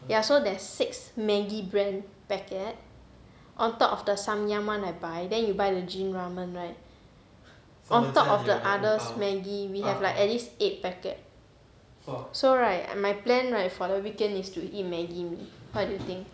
ya so there's six maggi brand packet on top of the samyang one I buy then you buy the jin ramen right on top of the others maggi we have like at least eight packet so right my plan right for the weekend is to eat maggi mee what do you think